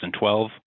2012